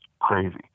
crazy